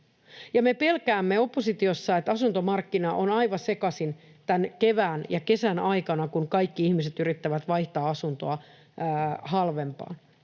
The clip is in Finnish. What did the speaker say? Me pelkäämme oppositiossa, että asuntomarkkina on aivan sekaisin tämän kevään ja kesän aikana, kun kaikki ihmiset yrittävät vaihtaa asuntoa halvempaan.